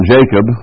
Jacob